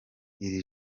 iri